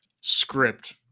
script